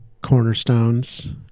cornerstones